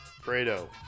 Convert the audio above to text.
fredo